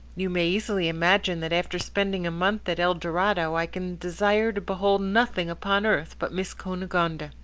you may easily imagine that after spending a month at el dorado i can desire to behold nothing upon earth but miss cunegonde.